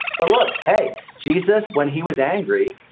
but look. hey, jesus. when he was angry,